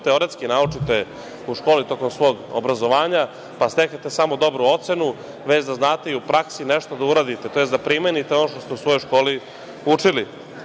teoretski naučite u školi tokom svog obrazovanja, pa steknete samo dobru ocenu, već da znate i u praksi nešto da uradite, tj. da primenite ono što ste u svojoj školi učili. Tako